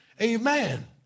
Amen